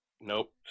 nope